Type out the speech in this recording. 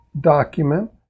document